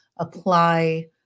apply